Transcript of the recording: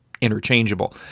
interchangeable